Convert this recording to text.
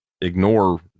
ignore